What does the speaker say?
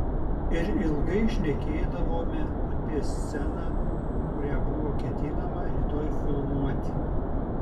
ir ilgai šnekėdavome apie sceną kurią buvo ketinama rytoj filmuoti